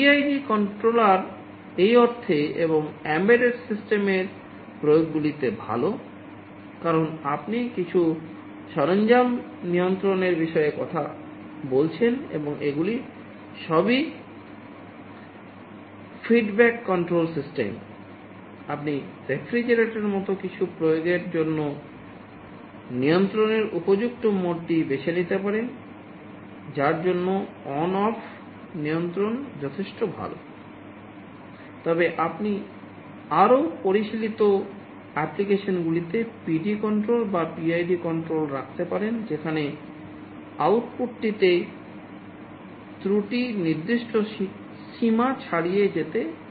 PID controller এই অর্থে এবং এমবেডেড সিস্টেম অ্যাপ্লিকেশনগুলিতে PD কন্ট্রোল বা PID কন্ট্রোল রাখতে পারেন যেখানে আউটপুটটিতে ত্রুটি নির্দিষ্ট সীমা ছাড়িয়ে যেতে পারে না